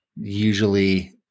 usually